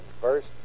first